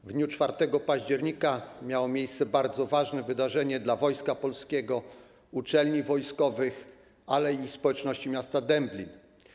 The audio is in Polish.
W dniu 4 października miało miejsce bardzo ważne wydarzenie dla Wojska Polskiego, uczelni wojskowych, ale i społeczności miasta Dęblina.